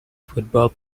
football